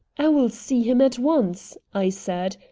i will see him at once, i said.